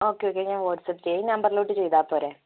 okay okay ഞാന് WhatsApp ചെയ്യാം ഈ നമ്പരിലോട്ട് ചെയ്താൽ പോരെ